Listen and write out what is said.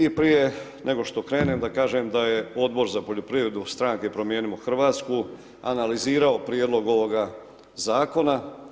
I prije nego što krenem da kažem da je Odbor za poljoprivredu Stranke Promijenimo Hrvatsku analizirao prijedlog ovoga Zakona.